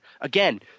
again